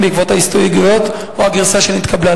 בעקבות ההסתייגות או הגרסה שנתקבלה".